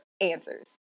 answers